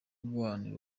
guharanira